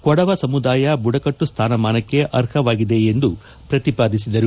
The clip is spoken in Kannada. ಕೊಡವ ಸಮುದಾಯ ಬುಡಕಟ್ಟು ಸ್ಥಾನಮಾನಕ್ಕೆ ಅರ್ಹವಾಗಿದೆ ಎಂದು ಪ್ರತಿಪಾದಿಸಿದರು